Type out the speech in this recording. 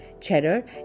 cheddar